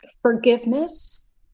forgiveness